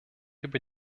über